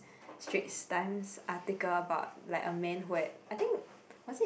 Straits-Time's article about like a man who had I think was it